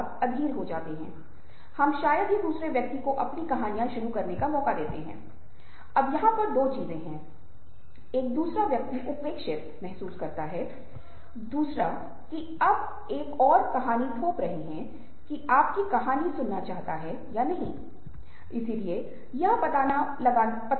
उसी का अध्ययन किया गया है और हमने ऐसे अध्ययन किए हैं जहाँ आप देखते हैं कि आपके चेहरे के भाव उन दृश्यों को दर्शाते हैं जिन्हें आप देखते हैं जैसे कि ऑडियो विज़ुअल्स मूवी हो सकते हैं उदास फिल्में खुशहाल फिल्में और आप पाते हैं कि यह बहुत हद तक संक्रामक प्रतिक्रियाएँ हैं या सहानुभूतिपूर्ण प्रतिक्रियाएँ है